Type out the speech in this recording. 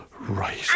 Right